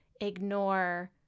ignore